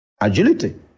agility